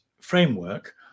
framework